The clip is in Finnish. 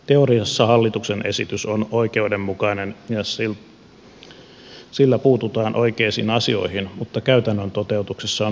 teoriassa hallituksen esitys on oikeudenmukainen ja sillä puututaan oikeisiin asioihin mutta käytännön toteutuksessa on hurjia haasteita